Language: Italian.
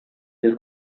del